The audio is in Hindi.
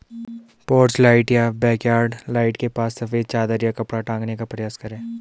पोर्च लाइट या बैकयार्ड लाइट के पास सफेद चादर या कपड़ा टांगने का प्रयास करें